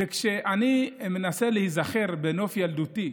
וכשאני מנסה להיזכר בנוף ילדותי,